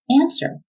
Answer